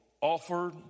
offered